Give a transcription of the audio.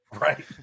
Right